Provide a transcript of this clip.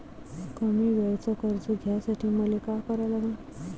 कमी वेळेचं कर्ज घ्यासाठी मले का करा लागन?